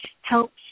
helps